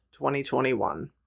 2021